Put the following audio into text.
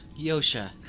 Yosha